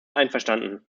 einverstanden